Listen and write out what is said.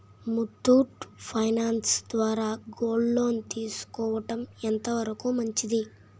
Muthoot finance ద్వారా gold loan తీసుకోవడం ఎంత వరకు మంచిది?